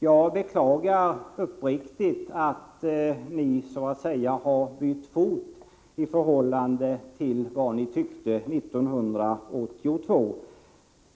Jag beklagar uppriktigt att ni så att säga har bytt fot i förhållande till vad ni tyckte 1982.